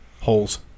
Holes